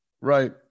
right